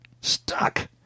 Stuck